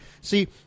See